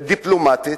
דיפלומטית,